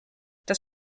das